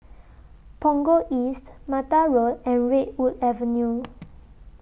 Punggol East Mata Road and Redwood Avenue